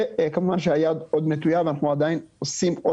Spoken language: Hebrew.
כמובן שהיד עוד נטויה ואנחנו עדיין עושים עוד